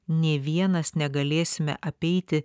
nė vienas negalėsime apeiti